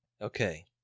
okay